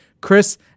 Chris